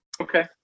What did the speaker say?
Okay